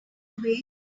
away